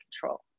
control